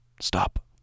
Stop